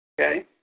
Okay